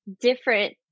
different